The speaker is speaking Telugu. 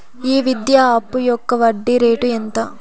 ఈ విద్యా అప్పు యొక్క వడ్డీ రేటు ఎంత?